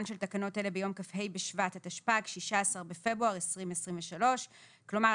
של תקנות אלה ביום כ"ה בשבט התשפ"ג (16 בפברואר 2023). כלומר,